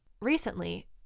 recently